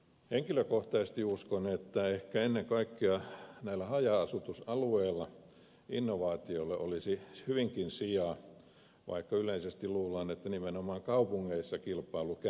henkilökohtaisesti uskon että ehkä ennen kaikkea näillä haja asutusalueilla innovaatioille olisi hyvinkin sijaa vaikka yleisesti luullaan että nimenomaan kaupungeissa kilpailu käynnistyisi